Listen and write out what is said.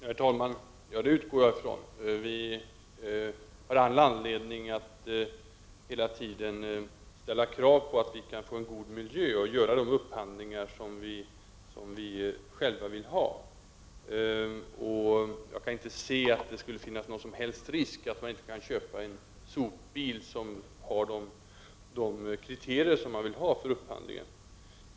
Herr talman! Ja, det utgår jag från. Vi har all anledning att hela tiden ställa krav på att få en god miljö och på att de upphandlingar görs som vi själva vill ha. Jag kan inte se att det skulle finnas någon som helst anledning till att man inte skulle kunna köpa den sopbil som uppfyller de kriterier som ställs för upphandlingen.